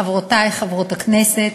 חברותי חברות הכנסת,